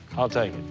i'll take it.